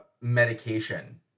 medication